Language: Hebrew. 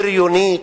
בריונית.